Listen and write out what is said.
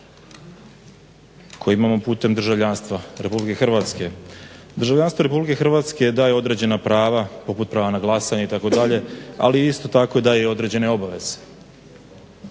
koje imamo putem državljanstva Republike Hrvatske. Državljanstvo Republike Hrvatske daje određena prava, poput prava na glasanje itd. Ali isto tako daje i određene obaveze.